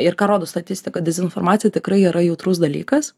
ir ką rodo statistika dezinformacija tikrai yra jautrus dalykas